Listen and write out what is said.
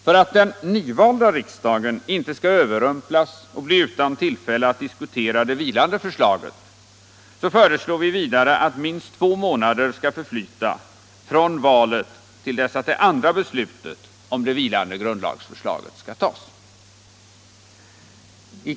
För att den nyvalda riksdagen inte skall överrumplas och bli utan tillfälle att diskutera det vilande förslaget föreslår vi vidare att minst två månader skall förflyta Nr 149 från valet till dess att det andra beslutet om det vilande grundlagsförslaget Fredagen den skall tas.